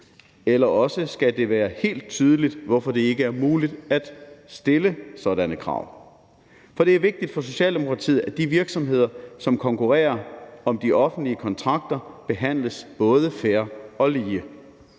eller også skal det være helt tydeligt, hvorfor det ikke er muligt at stille sådan et krav, for det er vigtigt for Socialdemokratiet, at de virksomheder, som konkurrerer om de offentlige kontrakter, behandles både fair og lige.